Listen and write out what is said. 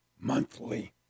monthly